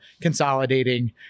consolidating